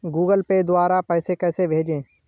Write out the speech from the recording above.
Google Pay द्वारा पैसे कैसे भेजें?